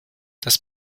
das